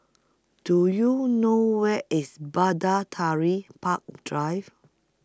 Do YOU know Where IS Bidatari Park Drive